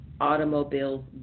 automobiles